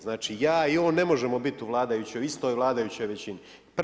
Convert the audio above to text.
Znači ja i on ne možemo biti u vladajućoj, istoj vladajućoj većini.